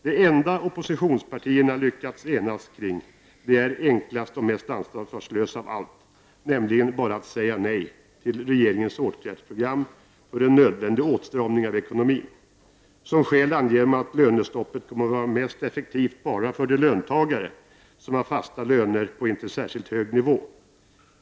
Det enda oppositionspartierna lyckats enas kring är det enklaste och mest ansvarslösa av allt, nämligen att bara säga nej till regeringens åtgärdsprogram för en nödvändig åtstramning av ekonomin. Som skäl anger man att lönestoppet kommer att vara mest effektivt bara för de löntagare som har fasta löner på inte särskilt hög nivå.